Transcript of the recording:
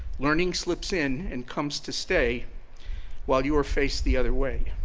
learning slips in and comes to stay while you are faced the other way.